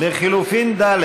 לחלופין ד',